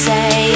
Say